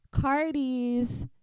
Cardi's